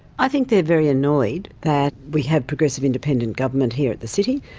i think they're very annoyed that we have progressive independent government here at the city.